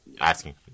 asking